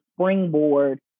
springboard